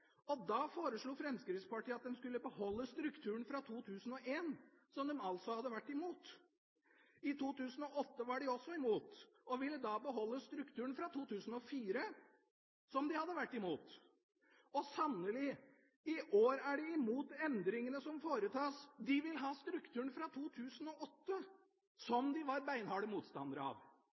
2004. Da foreslo Fremskrittspartiet at en skulle beholde strukturen fra 2001 – som de altså hadde vært imot. I 2008 var de også imot og ville da beholde strukturen fra 2004 – som de hadde vært imot. Og sannelig: I år er de imot endringene som foretas, de vil ha strukturen fra 2008 – som de var beinharde motstandere av!